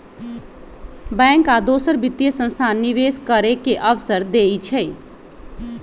bank आ दोसर वित्तीय संस्थान निवेश करे के अवसर देई छई